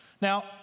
Now